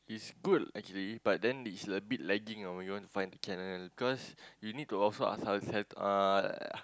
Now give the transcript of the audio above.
is good actually but then it's a bit lagging ah when you wanna find the channel cause you need to also has has uh